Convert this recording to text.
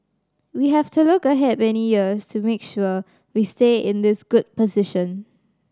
we have to look ahead many years to make sure we stay in this good position